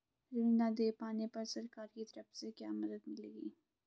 ऋण न दें पाने पर सरकार की तरफ से क्या मदद मिलेगी?